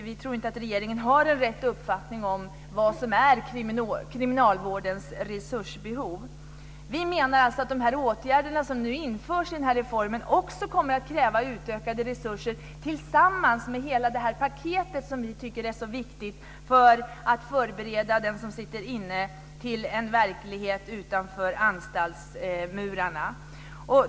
Vi tror inte att regeringen har en riktig uppfattning av kriminalvårdens resursbehov. Vi menar att de åtgärder som nu införs i den här reformen kommer att kräva utökade resurser tillsammans med hela det här paketet som vi tycker är så viktigt för att förbereda dem som sitter inne för en verklighet utanför anstaltsmurarna.